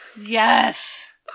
Yes